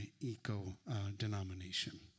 eco-denomination